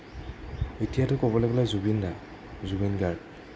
এতিয়াটো ক'বলৈ গ'লে জুবিনদা জুবিন গাৰ্গ